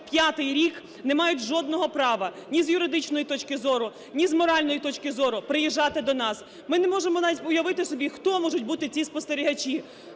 п'ятий рік, не мають жодного права ні з юридичної точки зору, ні з моральної точки зору приїжджати до нас. Ми не можемо навіть уявити собі, хто можуть бути ці спостерігачі.